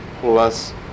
Plus